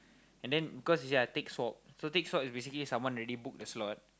and then cause ya take swap so take swap is basically someone already book the slot